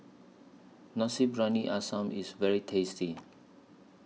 Nasi Briyani Ayam IS very tasty